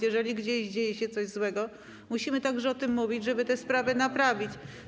Jeżeli więc gdzieś dzieje się coś złego, musimy także o tym mówić, żeby te sprawy naprawić.